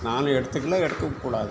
நானும் எடுத்துக்கலை எடுக்கவும் கூடாது